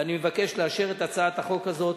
ואני מבקש לאשר את הצעת החוק הזאת